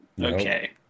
Okay